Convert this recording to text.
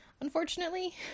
unfortunately